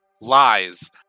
lies